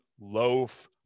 loaf